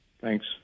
Thanks